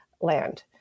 land